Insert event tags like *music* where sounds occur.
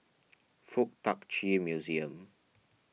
*noise* Fuk Tak Chi Museum